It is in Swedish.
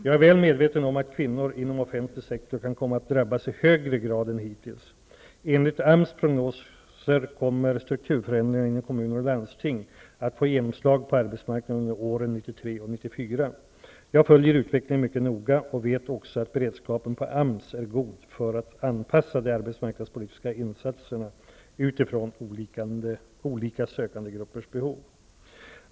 Jag är väl medveten om att kvinnor inom offentlig sektor kan komma att drabbas i högre grad än hittills. Enligt AMS prognoser kommer strukturförändringarna inom kommuner och landsting att få genomslag på arbetsmarknaden under åren 1993 och 1994. Jag följer utvecklingen mycket noga, och jag vet också att beredskapen på AMS är god för att anpassa de arbetsmarknadspolitiska insatserna utifrån olika sökandegruppers behov.